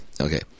Okay